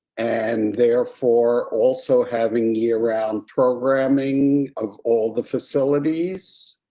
and there for also having year around programming of all the facilities.